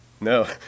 No